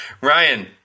Ryan